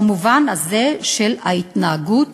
במובן הזה של ההתנהגות